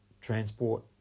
transport